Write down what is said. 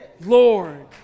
Lord